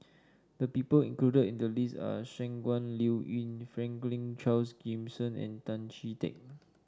the people included in the list are Shangguan Liuyun Franklin Charles Gimson and Tan Chee Teck